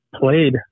Played